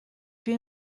più